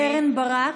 קרן ברק.